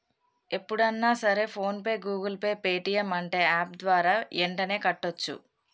ఎప్పుడన్నా సరే PhonePe Google Pay Paytm అంటే యాప్ ద్వారా యెంటనే కట్టోచ్చు